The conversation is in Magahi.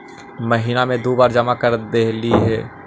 महिना मे दु बार जमा करदेहिय?